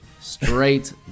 straight